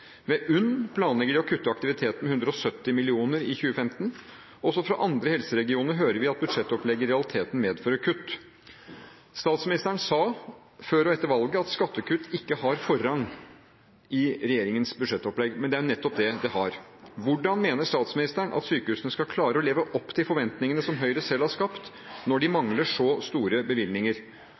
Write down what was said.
Ved UNN planlegger de å kutte aktiviteten med 170 mill. kr i 2015. Også fra andre helseregioner hører vi om at budsjettopplegget i realiteten medfører kutt. Statsministeren sa før og etter valget at skattekutt ikke har forrang i regjeringens budsjettopplegg, men det er jo nettopp det det har. Hvordan mener statsministeren at sykehusene skal klare å leve opp til forventningene som Høyre selv har skapt, når de mangler så store bevilgninger?